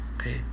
okay